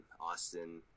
austin